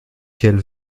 quelle